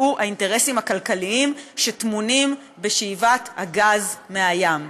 והוא האינטרסים הכלכליים שטמונים בשאיבת הגז מהים.